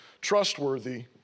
trustworthy